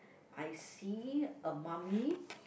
I see a mummy